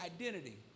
identity